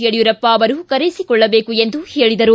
ಯಡಿಯೂರಪ್ಪ ಅವರು ಕರೆಯಿಸಿಕೊಳ್ಳಬೇಕು ಎಂದು ಹೇಳಿದರು